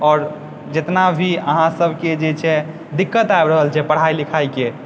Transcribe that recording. आओर जेतना भी अहाँ सबके जे छै दिक्कत आबि रहल छै पढ़ाइ लिखाइके